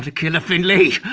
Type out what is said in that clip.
ah killer, finley.